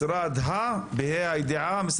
המשרד, משרד הבינוי והשיכון, בבקשה.